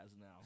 now